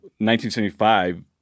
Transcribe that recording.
1975